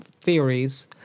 theories